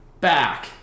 back